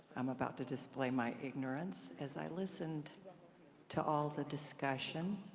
i'm about to display my ignorance, as i listened to all the discussion,